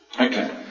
Okay